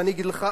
ואני אגיד לך,